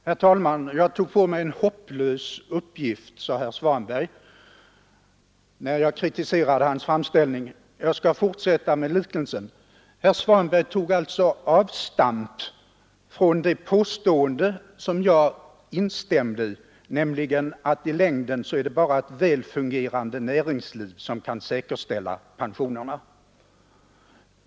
Herr talman! Jag tog på mig en hopplös uppgift, sade herr Svanberg, när jag kritiserade hans framställning. Jag skall fortsätta med liknelsen — herr Svanberg hoppar verkligen i sin tankegång. Herr Svanberg gjorde avstamp från det påstående som jag instämde i, nämligen att det i längden bara är ett väl fungerande näringsliv som kan säkerställa pensionerna.